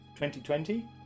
2020